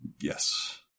Yes